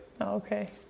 Okay